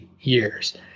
years